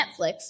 Netflix